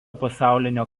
pasaulinio